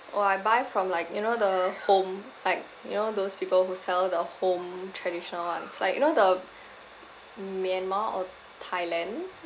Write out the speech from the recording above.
oh I buy from like you know the home like you know those people who sell the home traditional ones like you know the myanmar or thailand